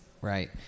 Right